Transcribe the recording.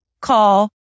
call